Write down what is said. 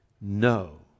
no